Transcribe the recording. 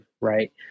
right